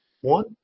One